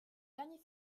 dernier